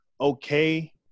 okay